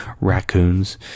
raccoons